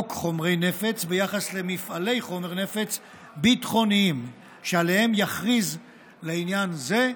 חוק חומרי נפץ ביחס למפעלי חומר נפץ ביטחוניים שעליהם יכריז לעניין זה.